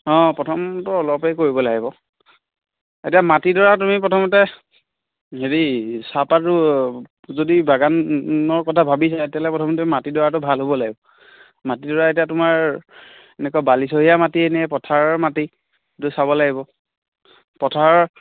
অঁ প্ৰথমটো অলপেই কৰিব লাগিব এতিয়া মাটিডৰা তুমি প্ৰথমতে হেৰি চাহপাত ৰো যদি বাগানৰ কথা ভাবিছা তেতিয়া হ'লে প্ৰথমতে মাটিডৰাটো ভাল হ'ব লাগিব মাটিডৰা এতিয়া তোমাৰ এনেকুৱা বালিচহীয়া মাটিয়েই নে পথাৰৰ মাটি সেইটো চাব লাগিব পথাৰ